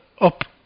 up